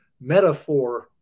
metaphor